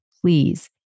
please